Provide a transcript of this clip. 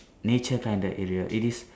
nature kinda area it is